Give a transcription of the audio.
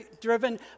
driven